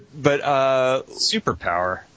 Superpower